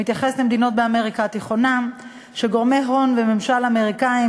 מתייחס למדינות באמריקה התיכונה שגורמי הון וממשל אמריקניים